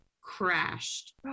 crashed